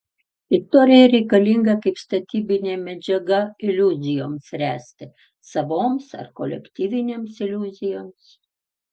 istorija reikalinga kaip statybinė medžiaga iliuzijoms ręsti savoms ar kolektyvinėms iliuzijoms